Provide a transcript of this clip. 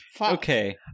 okay